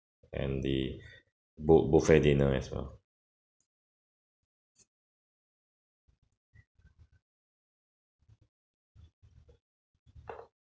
and the bu~ buffet dinner as well